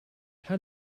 how